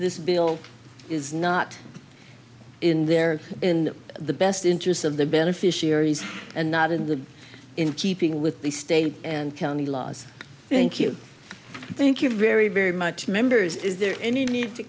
this bill is not in their in the best interests of the beneficiaries and not in the in keeping with the state and county laws thank you thank you very very much members is there any need to